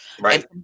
Right